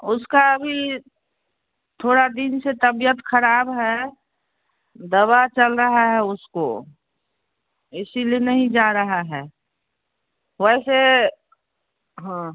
उसकी अभी थोड़े दिन से तबियत ख़राब है दवा चल रही है उसको इसी लिए नहीं जा रहा है वैसे हाँ